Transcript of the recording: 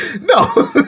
No